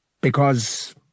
because